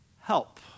help